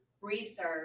research